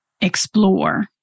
explore